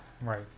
right